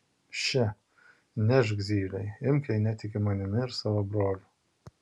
še nešk zylei imk jei netiki manimi ir savo broliu